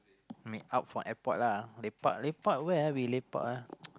coming out from airport ah lepak lepak where ah we lepak